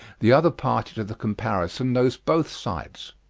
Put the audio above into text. the other party to the comparison knows both sides.